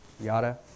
Yada